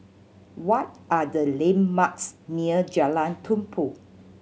what are the landmarks near Jalan Tumpu